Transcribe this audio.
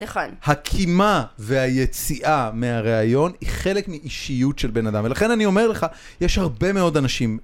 נכון. הקימה והיציאה מהראיון היא חלק מאישיות של בן אדם, ולכן אני אומר לך, יש הרבה מאוד אנשים...